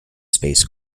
space